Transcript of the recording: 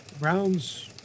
Browns